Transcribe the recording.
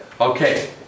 Okay